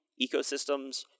ecosystems